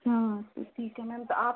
हाँ तो ठीक है मैम आप